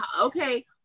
okay